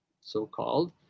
so-called